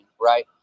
Right